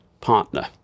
partner